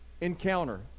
encounter